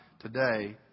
today